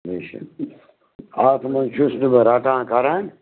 رِشتہٕ آبہٕ مٔنٛزۍ چھُس نہٕ بہٕ رَٹان کَران